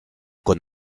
con